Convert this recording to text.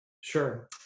sure